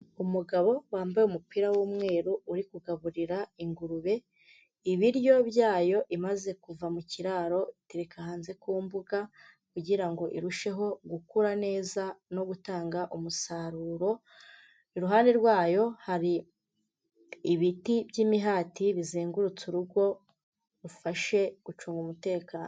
Umugabo wambaye umupira w'umweru uri kugaburira ingurube ibiryo byayo imaze kuva mu kiraro itereka hanze ku mbuga kugira ngo irusheho gukura neza no gutanga umusaruro, iruhande rwayo hari ibiti by'imihati bizengurutse urugo rufashe gucunga umutekano.